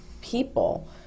people